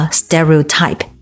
stereotype